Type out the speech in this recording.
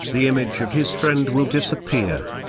the image of his friend will disappear.